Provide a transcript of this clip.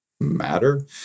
matter